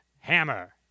Hammer